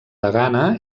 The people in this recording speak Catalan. degana